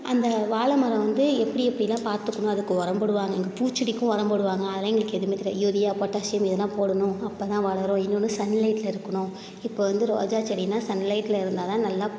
அந்த வாழை மரம் வந்து எப்படி எப்படில்லாம் பார்த்துக்கணும் அதுக்கு ஒரம் போடுவாங்க எங்கள் பூச்செடிக்கும் ஒரம் போடுவாங்க அதெல்லாம் எங்களுக்கு எதுவுமே தெரியாது யூரியா பொட்டாசியம் இது எல்லாம் போடணும் அப்போ தான் வளரும் இன்னொன்று சன் லைட்டில் இருக்கணும் இப்போ வந்து ரோஜாச் செடின்னா சன் லைட்டில் இருந்தால் தான் நல்லா